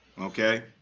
Okay